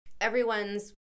Everyone's